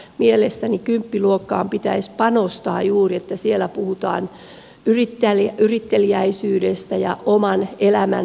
mielestäni kymppiluokkaan pitäisi panostaa juuri että siellä puhutaan yritteliäisyydestä ja oman elämän hallinnasta